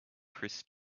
chris